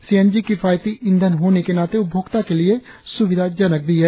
CNG किफायती ईंधन होने के नाते उपभोक्ता के लिए सुविधाजनक भी है